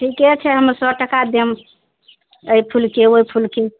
ठीके छै हम्मे सए टका देम एहि फूलके ओहि फूलके